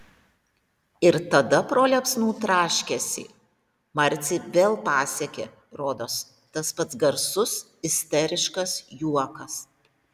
ir tada pro liepsnų traškesį marcį vėl pasiekė rodos tas pats garsus isteriškas juokas